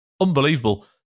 Unbelievable